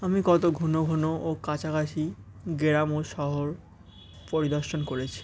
আমি কত ঘন ঘন ও কাছাকাছি গ্রাম ও শহর পরিদর্শন করেছি